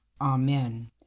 amen